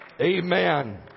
Amen